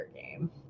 game